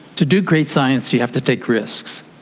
to do great science you have to take risks.